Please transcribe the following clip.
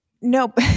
Nope